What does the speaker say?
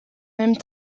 même